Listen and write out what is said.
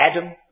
Adam